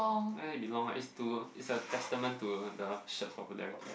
let it belong ah it's to it's a testament to the shirt popularity